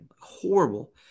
Horrible